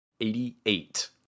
88